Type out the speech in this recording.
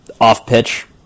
off-pitch